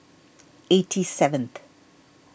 eighty seventh